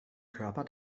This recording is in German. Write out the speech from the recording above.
körper